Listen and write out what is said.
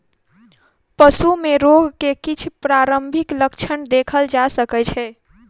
पशु में रोग के किछ प्रारंभिक लक्षण देखल जा सकै छै